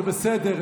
זה בסדר,